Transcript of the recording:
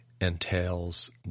entails